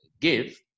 give